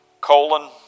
Colon